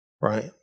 Right